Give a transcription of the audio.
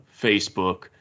Facebook